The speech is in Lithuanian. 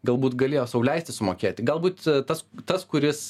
galbūt galėjo sau leisti sumokėti galbūt tas tas kuris